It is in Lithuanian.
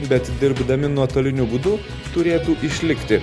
bet dirbdami nuotoliniu būdu turėtų išlikti